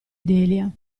delia